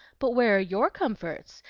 but where are your comforts?